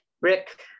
Rick